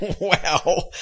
Wow